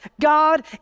God